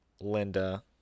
Linda